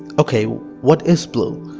ok, what is blue?